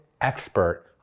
expert